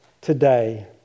today